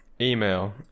email